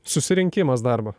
susirinkimas darbo